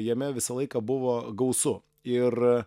jame visą laiką buvo gausu ir